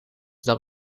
dat